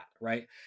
right